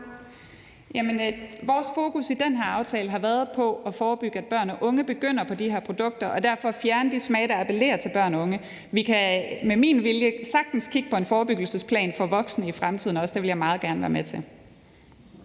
Vores fokus i den her aftale har været på at forebygge, at børn og unge begynder på de her produkter, og derfor at fjerne de smage, der appellerer til børn og unge. Vi kan for min skyld godt kigge på en forebyggelsesplan for voksne i fremtiden også, det vil jeg meget gerne være med til.